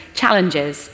challenges